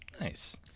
Nice